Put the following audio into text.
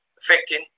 affecting